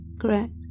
correct